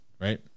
right